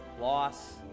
loss